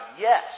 yes